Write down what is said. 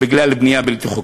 בגלל בנייה בלתי חוקית.